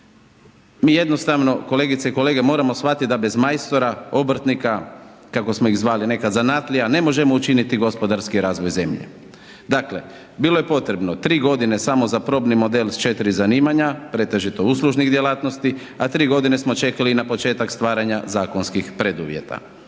Mi jednostavno kolegice i kolege moramo shvatiti da bez majstora obrtnika kako smo iz zvali nekad zanatlija, ne možemo učiniti gospodarski razvoj zemlje. Dakle bilo je potrebo tri godine samo za probni model s četiri zanimanja pretežito uslužnih djelatnosti, a tri godine smo čekali na početak stvaranja zakonskih preduvjeta.